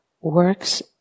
works